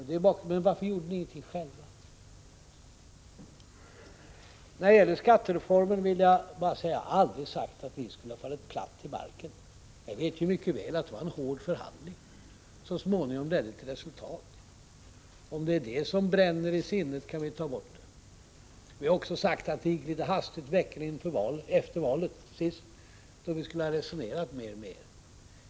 Det är bakgrunden. Men varför gjorde ni ingenting själva? När det gäller skattereformen vill jag bara säga: Jag har aldrig sagt att ni skulle ha fallit platt till marken. Jag vet ju mycket väl att det var en hård förhandling som så småningom ledde till resultat. Om det är detta som bränner i sinnet kan vi ta bort det. Ni har också sagt att det gick litet hastigt veckan efter valet sist, då vi borde ha resonerat mer med er.